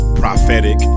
prophetic